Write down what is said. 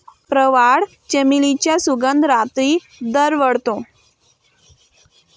प्रवाळ, चमेलीचा सुगंध रात्री दरवळतो